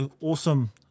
awesome